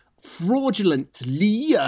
fraudulently